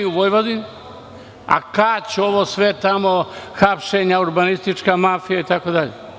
U Vojvodini, Kać, ovo sve tamo, hapšenja, urbanistička mafija itd.